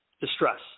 distress